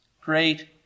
great